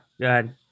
good